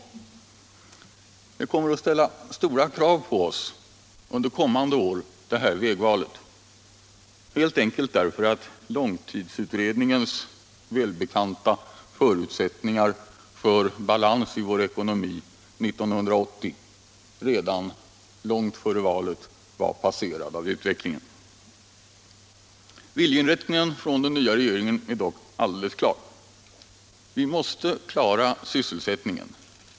Det här vägvalet kommer att ställa stora krav på oss under kommande år helt enkelt därför att långtidsutredningens välbekanta förutsättningar för balans i vår ekonomi 1980 redan långt före valet var passerade av utvecklingen. Viljeinriktningen hos den nya regeringen är dock alldeles klar. Vi måste klara sysselsättningen.